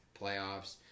playoffs